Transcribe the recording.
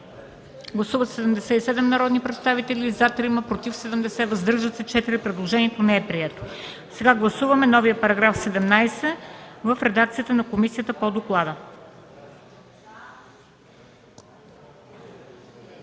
Гласували 77 народни представители: за 3, против 70, въздържали се 4. Предложението не е прието. Сега гласуваме новия § 17 в редакцията на комисията по доклада.